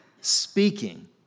speaking